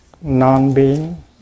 non-being